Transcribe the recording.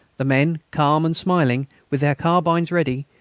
the men, calm and smiling, with their carbines ready,